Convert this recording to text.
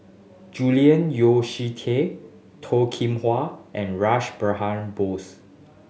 Julian Yeo See Teck Toh Kim Hwa and Rash Behan Bose